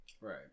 right